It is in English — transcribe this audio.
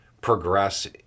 progress